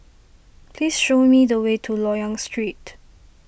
please show me the way to Loyang Street